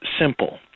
simple